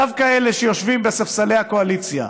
דווקא לאלה שיושבים בספסלי הקואליציה,